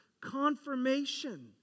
confirmation